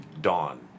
Dawn